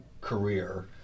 career